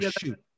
shoot